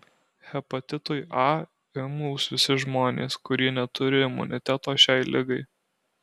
hepatitui a imlūs visi žmonės kurie neturi imuniteto šiai ligai